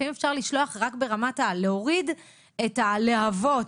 לפעמים אפשר לשלוח רק ברמת ה'להוריד את הלהבות',